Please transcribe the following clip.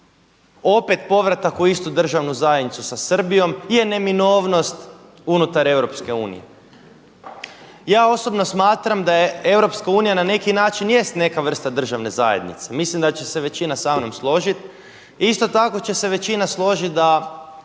opet povratak u istu državnu zajednicu sa Srbijom je neminovnost unutar Europske unije. Ja osobno smatram da Europska unija na neki način jest neka vrsta državne zajednice. Mislim da će se većina samnom složiti. Isto tako će se većina složiti da